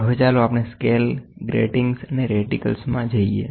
હવે ચાલો આપણે સ્કેલ ગ્રેટીંગ્સ અને રેટીક્લસમાં જઈએ